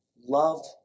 love